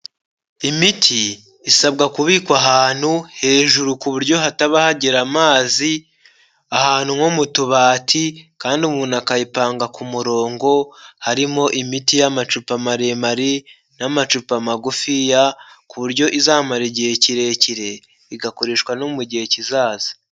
Imiti isabwa kubikwa ahantu hejuru ku buryo hataba hagera amazi, ahantu nko mu tubati kandi umuntu akayipanga ku murongo harimo imiti y'amacupa maremare, n'amacupa magufi, ku buryo izamara igihe kirekire igakoreshwa no mu gihe kizaza.